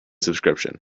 subscription